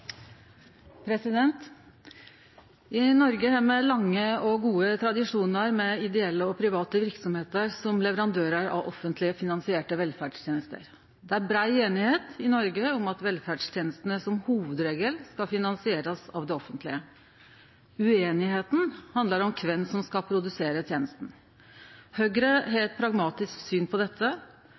I Noreg har me lange og gode tradisjonar med ideelle og private verksemder som leverandørar av offentleg finansierte velferdstenester, og det er brei einigheit i Noreg om at velferdstenestene som hovudregel skal finansierast av det offentlege. Ueinigheita handlar om kven som skal produsere tenestene. Høgre har eit pragmatisk syn på dette